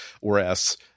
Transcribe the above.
Whereas